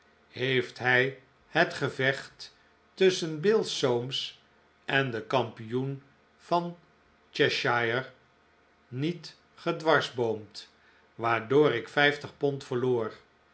heeft hij het gevecht tusschen bill soames en den kampioen van cheshire niet gedwarsboomd waardoor ik vijftig pond verloor